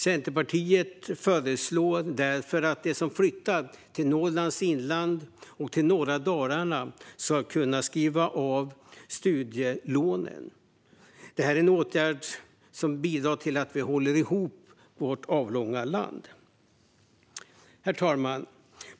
Centerpartiet föreslår därför att de som flyttar till Norrlands inland och norra Dalarna ska kunna skriva av studielånen. Det här är åtgärder som bidrar till att vi håller ihop vårt avlånga land. Herr talman!